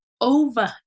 Over